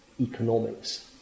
economics